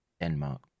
Denmark